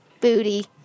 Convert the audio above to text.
booty